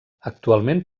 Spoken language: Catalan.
actualment